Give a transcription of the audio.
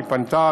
היא פנתה,